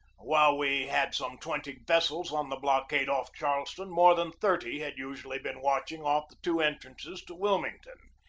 while we had some twenty vessels on the blockade off charleston, more than thirty had usually been watching off the two entrances to wil mington.